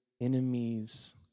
enemies